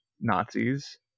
nazis